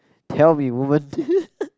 tell me woman